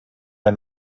der